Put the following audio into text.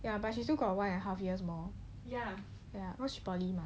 ya but she still got one and a half years more